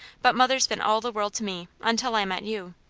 but mother's been all the world to me, until i met you.